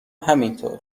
همینطور